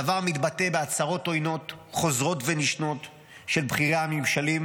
הדבר מתבטא בהצהרות עוינות חוזרות ונשנות של בכירי הממשלים,